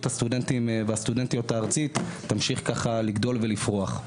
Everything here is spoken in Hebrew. הסטודנטים והסטודנטיות הארצית ימשיך לגדול ולפרוח.